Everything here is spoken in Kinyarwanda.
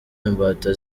imbata